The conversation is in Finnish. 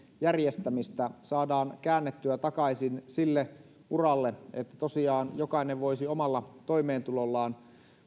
järjestämistä saadaan käännettyä takaisin sille uralle että tosiaan jokainen voisi omalla toimeentulollaan